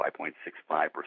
5.65%